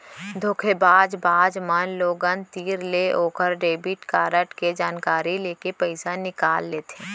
धोखेबाज बाज मन लोगन तीर ले ओकर डेबिट कारड ले जानकारी लेके पइसा निकाल लेथें